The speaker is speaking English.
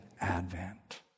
advent